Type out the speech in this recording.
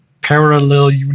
parallel